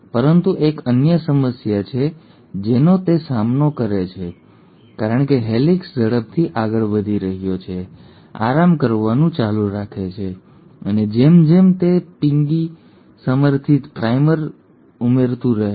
પરંતુ એક અન્ય સમસ્યા છે જેનો તે સામનો કરે છે કારણ કે હેલિકેસ ઝડપથી આગળ વધી રહ્યો છે આરામ કરવાનું ચાલુ રાખે છે અને જેમ જેમ તે પિગી સમર્થિત પ્રાઇમર ઉમેરતું રહે છે